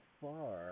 far